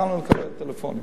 התחלנו לקבל טלפונים.